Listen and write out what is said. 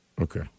Okay